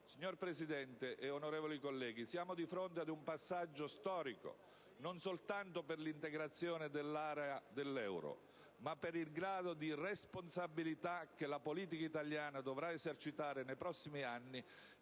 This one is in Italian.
Signor Presidente e onorevoli colleghi, siamo di fronte ad un passaggio storico, non soltanto per l'integrazione dell'area dell'euro, ma per il grado di responsabilità che la politica italiana dovrà esercitare nei prossimi anni